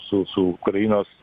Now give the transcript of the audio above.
su su ukrainos